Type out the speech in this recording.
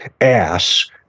ass